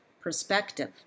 perspective